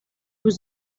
was